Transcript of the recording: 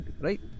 right